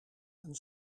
een